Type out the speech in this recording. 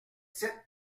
sept